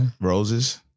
Roses